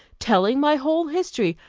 telling my whole history,